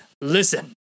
Listen